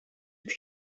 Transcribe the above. het